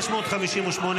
הסתייגות 558